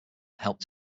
helped